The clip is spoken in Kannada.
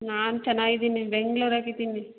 ನಾನು ಚೆನ್ನಾಗಿದ್ದೀನಿ ಬೆಂಗ್ಳೂರಾಗಿದ್ದೀನಿ